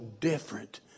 different